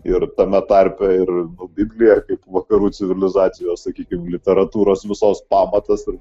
ir tame tarpe ir biblija kaip vakarų civilizacijos sakykim literatūros visos pamatas ir